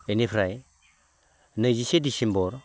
बेनिफ्राय नैजिसे डिसेम्बर